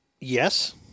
Yes